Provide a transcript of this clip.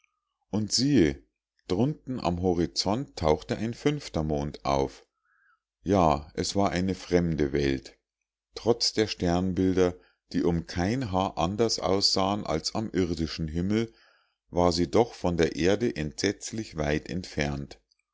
und siehe drunten am horizont tauchte ein fünfter mond auf ja es war eine fremde welt trotz der sternbilder die um kein haar anders aussahen als am irdischen himmel war sie doch von der erde entsetzlich weit entfernt